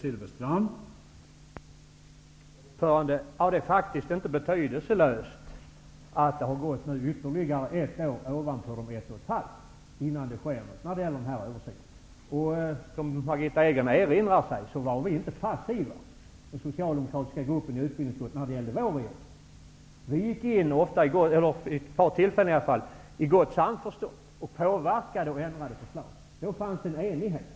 Herr talman! Det är faktiskt inte betydelselöst att ytterligare ett år har gått efter nämnda period om ett och ett halvt år när det gäller den här översynen. Som Margitta Edgren erinrar sig, var vi i den socialdemokratiska gruppen i utbildningsutskottet inte passiva. Vid ett par tillfällen gick vi in, i gott samförstånd, och påverkade och ändrade förslag. Då fanns det en enighet.